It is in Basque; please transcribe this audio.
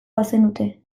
bazenute